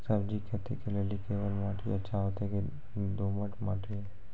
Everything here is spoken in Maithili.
सब्जी खेती के लेली केवाल माटी अच्छा होते की दोमट माटी?